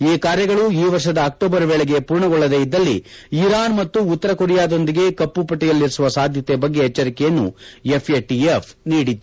ಈ ಕಾರ್ಯಗಳು ಈ ವರ್ಷದ ಅಕ್ವೋಬರ್ ವೇಳೆಗೆ ಪೂರ್ಣಗೊಳ್ಳದೇ ಇದ್ದಲ್ಲಿ ಇರಾನ್ ಮತ್ತು ಉತ್ತರ ಕೊರಿಯಾದೊಂದಿಗೆ ಕಪ್ಪು ಪಟ್ಟಿಯಲ್ಲಿರಿಸುವ ಸಾಧ್ಯತೆ ಬಗ್ಗೆ ಎಚ್ವರಿಕೆಯನ್ನು ಎಫ್ ಎ ಟಿ ಎಫ್ ನೀಡಿತ್ತು